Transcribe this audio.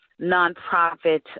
nonprofit